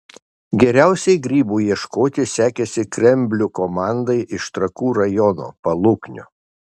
geriausiai grybų ieškoti sekėsi kremblių komandai iš trakų rajono paluknio